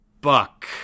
Buck